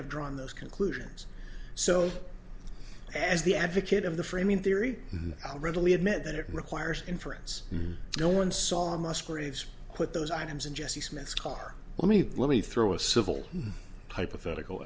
have drawn those conclusions so as the advocate of the framing theory i'll readily admit that it requires inference and no one saw musgraves put those items in jesse smith's car let me let me throw a civil hypothetical